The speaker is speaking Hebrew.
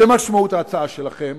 זו משמעות ההצעה שלכם,